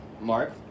mark